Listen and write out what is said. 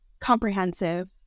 comprehensive